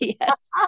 Yes